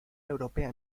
europea